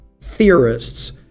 theorists